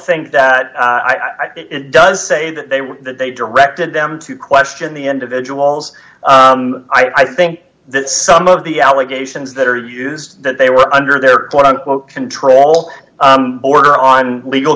think that i think it does say that they were that they directed them to question the individuals i think that some of the allegations that are used that they were under their quote unquote control order on legal